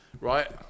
right